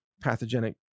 pathogenic